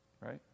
Right